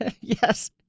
Yes